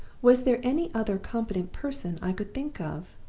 was there any other competent person i could think of?